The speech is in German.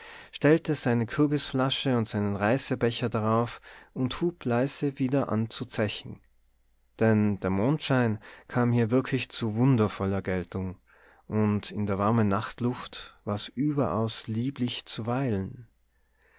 stellte seine kürbisflasche und seinen reisebecher darauf und hub leise wieder an zu zechen denn der mondschein kam hier wirklich zu wundervoller geltung und in der warmen nachtluft war's überaus lieblich zu